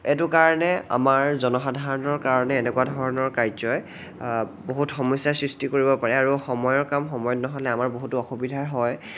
এইটো কাৰণে আমাৰ জনসাধাৰণৰ কাৰণে এনেকুৱা ধৰণৰ কাৰ্যই বহুত সমস্যাৰ সৃষ্টি কৰিব পাৰে আৰু সময়ৰ কাম সময়ত নহ'লে আমাৰ বহুতো অসুবিধা হয়